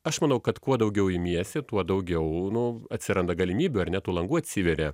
aš manau kad kuo daugiau imiesi tuo daugiau nu atsiranda galimybių ar ne tų langų atsiveria